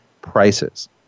prices